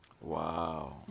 Wow